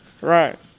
Right